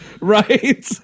right